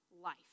life